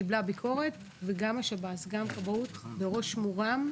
קיבלה ביקורת וגם השב"ס וגם הכבאות יצאו בראש מורם.